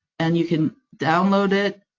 and you can download it,